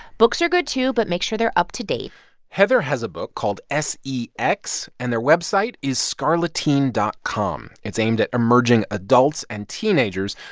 books are good, too, but make sure they're up to date heather has a book called s e x, and their website is scarleteen dot com. it's aimed at emerging adults and teenagers,